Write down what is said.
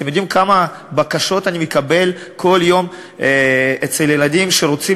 אתם יודעים כמה בקשות אני מקבל בכל יום מילדים שרוצים